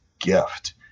gift